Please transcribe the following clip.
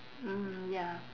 mm ya